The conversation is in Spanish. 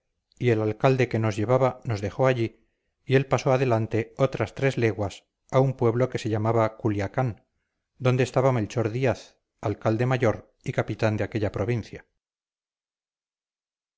y el alcalde que nos llevaba nos dejó allí y él pasó adelante otras tres leguas a un pueblo que se llamaba culiacán adonde estaba melchor díaz alcalde mayor y capitán de aquella provincia